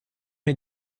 mir